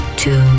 two